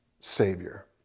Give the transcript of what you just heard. Savior